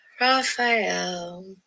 Raphael